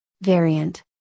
variant